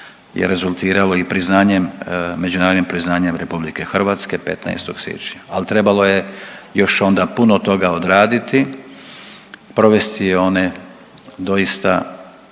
je rezultiralo i priznanjem, međunarodnim priznanjem RH 15. siječnja, ali trebalo je još onda puno toga odraditi, provesti one doista